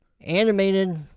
animated